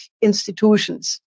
institutions